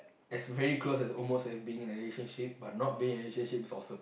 as very close as almost as being in a relationship but not being in a relationship is awesome